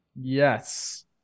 Yes